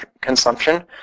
consumption